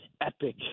epic